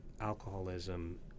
alcoholism